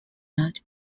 not